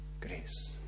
grace